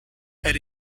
elle